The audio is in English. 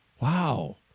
Wow